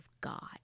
God